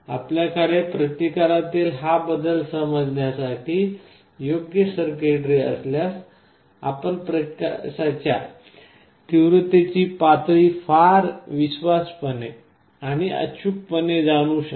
आपल्याकडे प्रतिकारातील हा बदल समजण्यासाठी योग्य सर्किटरी असल्यास आपण प्रकाशाच्या तीव्रतेची पातळी फार विश्वासूपणे आणि अचूकपणे जाणू शकता